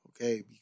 Okay